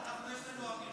אנחנו, יש לנו אמירה.